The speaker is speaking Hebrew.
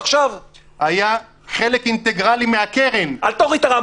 האחרונים היה חלק אינטגרלי מהקרן -- אל תוריד את הרמה.